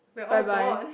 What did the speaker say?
we are all gone